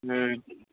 হুম